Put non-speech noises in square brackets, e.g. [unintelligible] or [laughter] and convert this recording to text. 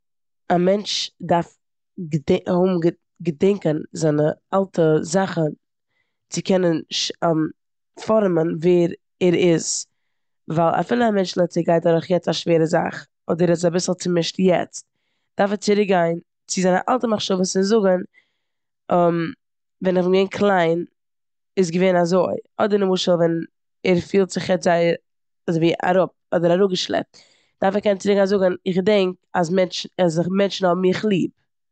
א מענטש דארף [unintelligible] [unintelligible] געדענקען זיינע אלטע זאכן צו קענען ש- [hesitation] פארעמען ווער ער איז. ווייל אפילו א מענטש לעטס סעי גייט דורך יעצט א שווערע זאך אדער ער איז אביסל צומישט יעצט דארף ער צוריקגיין צו זיין אלטע מחשבות און זאגן [hesitation] ווען איך בין געווען קליין איז געווען אזוי. אדער למשל ווען ער פילט זיך יעצט זייער אזויווי אראפ אדער אראפגעשלעפט דארף ער קענען צירוקגיין זאגן 'איך געדענק אז מענ- מענטשן האבן מיך ליב.'